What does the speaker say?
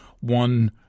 one